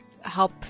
help